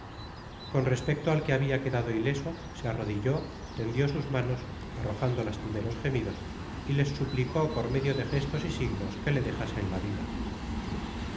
con respecto al que habia quedado ileso se arrodilló tendió sus manos arrojando lastimeros gemidos y les suplicó por medio de gestos y signos que le dejasen la vida